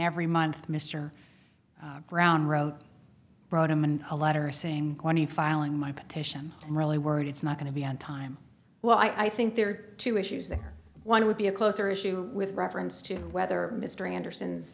every month mister brown wrote brought him in a letter saying when he filing my petition i'm really worried it's not going to be on time well i think there are two issues there one would be a closer issue with reference to whether mr anderson